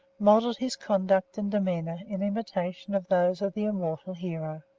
modelled his conduct and demeanour in imitation of those of the immortal hero.